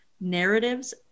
narratives